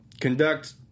conduct